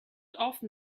often